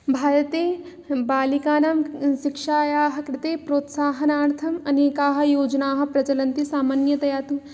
भारते बालिकानां शिक्षायाः कृते प्रोत्साहनार्थम् अनेकाः योजनाः प्रचलन्ति सामान्यतया तु